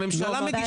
הממשלה מגישה.